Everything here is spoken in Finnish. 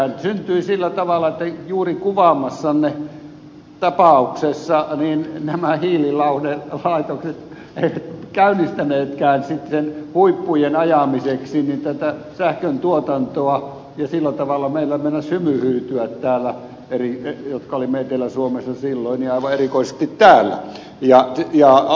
sehän syntyi sillä tavalla että juuri kuvaamassanne tapauksessa nämä hiililauhdelaitokset eivät käynnistäneetkään niiden huippujen ajamiseksi tätä sähköntuotantoa ja sillä tavalla meillä jotka olimme etelä suomessa silloin meinasi hymy hyytyä täällä ja aivan erikoisesti täällä